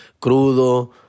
crudo